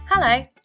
Hello